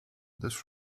this